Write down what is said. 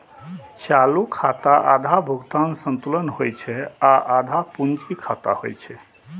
चालू खाता आधा भुगतान संतुलन होइ छै आ आधा पूंजी खाता होइ छै